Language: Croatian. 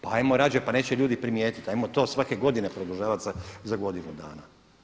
Pa ajmo rađe, pa neće ljudi primijetiti, pa ajmo to svake godine produžavati za godinu dana.